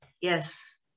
Yes